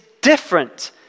different